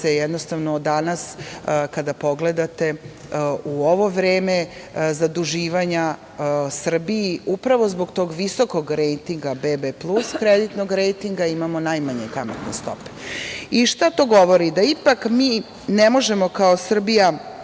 koje se danas kada pogledate u ovo vreme zaduživanja Srbiji upravo zbog tog visokog rejtinga BB+ kreditnog rejtinga, imamo najmanje kamatne stope. Šta to govori? Da ipak mi ne možemo kao Srbija